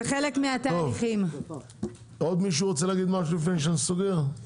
לציבור לפעמים לוקח זמן להתרגל למודלים חדשים